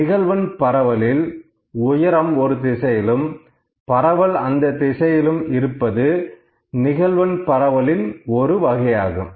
நிகழ்வெண் பரவலில் உயரம் ஒரு திசையிலும் பரவல் அந்த திசையிலும் இருப்பது நிகழ்வெண் பரவலின் ஒரு வகையாகும்